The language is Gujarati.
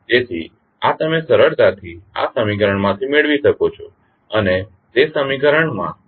તેથી આ તમે સરળતાથી આ સમીકરણમાંથી મેળવી શકો છો અને તે સમીકરણમાં આપણી પાસે કોઈ ફોર્સિંગ ફંકશન નથી